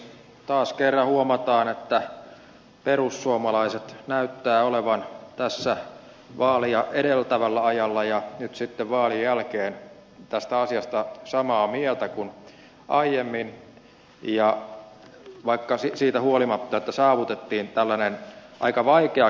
taas kerran huomataan että perussuomalaiset näyttävät olleen tässä vaaleja edeltävänä aikana ja ovat nyt sitten vaalien jälkeen tästä asiasta samaa mieltä kuin aiemmin ja vaikka sitä siitä huolimatta että saavutettiin tällainen aika vaikeakin kompromissi